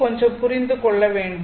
கொஞ்சம் புரிந்து கொள்ள வேண்டும்